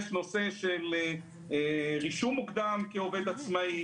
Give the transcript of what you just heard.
יש נושא של רישום מוקדם כעובד עצמאי,